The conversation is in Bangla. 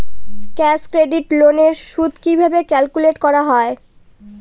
ক্যাশ ক্রেডিট লোন এর সুদ কিভাবে ক্যালকুলেট করা হয়?